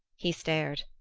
he stared.